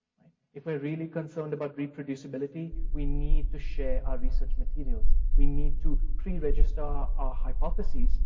right? if we are really concerned about reproducibility, we need to share our research materials. we need to preregister our hypothesis,